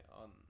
on